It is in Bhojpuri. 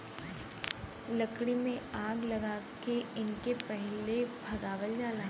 लकड़ी में आग लगा के इनके पहिले भगावल जाला